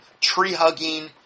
tree-hugging